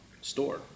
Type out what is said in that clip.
store